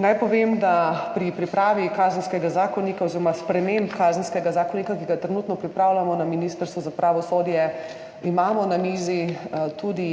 Naj povem, da imamo pri pripravi Kazenskega zakonika oziroma sprememb Kazenskega zakonika, ki ga trenutno pripravljamo na Ministrstvu za pravosodje, na mizi tudi